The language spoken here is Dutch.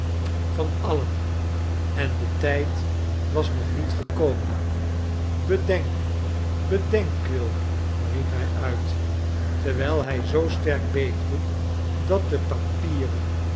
van alien en de tijd was nog niet gekomen bedenk bedenk quilp riep hij uit terwijl hij zoo sterk beefde dat de papieren